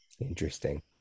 Interesting